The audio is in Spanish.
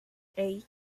hey